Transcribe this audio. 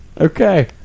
Okay